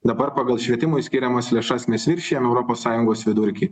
dabar pagal švietimui skiriamas lėšas mes viršijam europos sąjungos vidurkį